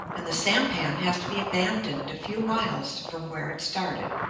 and the sampan has to be abandoned a few miles from where it started.